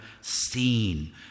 seen